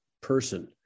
person